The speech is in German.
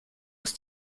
ist